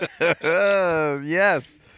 Yes